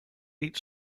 eat